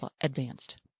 advanced